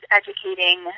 educating